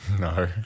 No